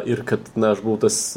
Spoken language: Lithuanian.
ir kad na aš buvau tas